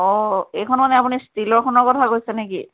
অ এইখন মানে আপুনি ষ্টীলৰখনৰ কথা কৈছে নে কি